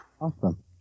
Awesome